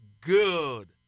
good